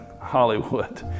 Hollywood